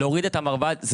להוריד את המרב"ד,